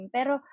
Pero